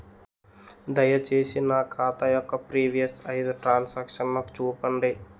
దయచేసి నా ఖాతా యొక్క ప్రీవియస్ ఐదు ట్రాన్ సాంక్షన్ నాకు చూపండి